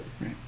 right